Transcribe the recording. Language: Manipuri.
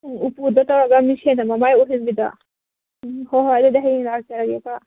ꯎꯄꯨꯗ ꯇꯧꯔꯒ ꯃꯤꯡꯁꯦꯜꯅ ꯃꯃꯥꯏ ꯑꯣꯏꯍꯟꯕꯤꯗꯣ ꯎꯝ ꯍꯣꯏ ꯍꯣꯏ ꯑꯗꯨꯗꯤ ꯍꯌꯦꯡ ꯂꯥꯛꯆꯔꯒꯦꯀꯣ